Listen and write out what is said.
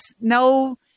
no